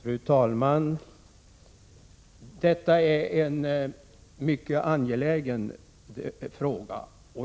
Fru talman! Detta är en mycket angelägen fråga.